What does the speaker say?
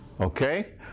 Okay